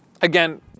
again